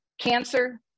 cancer